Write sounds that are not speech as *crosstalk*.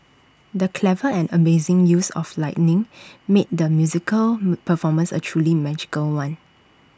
the clever and amazing use of lighting made the musical *unintelligible* performance A truly magical one